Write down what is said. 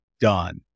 done